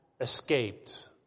escaped